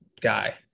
guy